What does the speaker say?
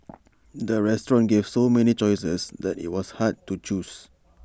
the restaurant gave so many choices that IT was hard to choose